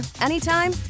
anytime